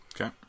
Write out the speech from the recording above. Okay